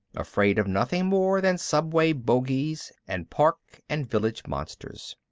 afraid of nothing more than subway bogies and park and village monsters.